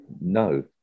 No